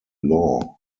law